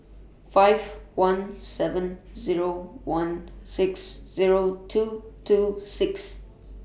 five one seven Zero one six Zero two two six